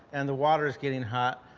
and the water is getting hot.